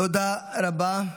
תודה רבה.